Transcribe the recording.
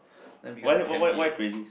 then become the camp head